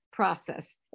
process